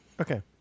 Okay